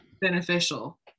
beneficial